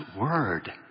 word